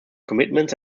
commitments